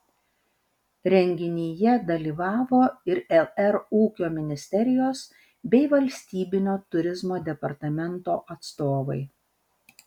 renginyje dalyvavo ir lr ūkio ministerijos bei valstybinio turizmo departamento atstovai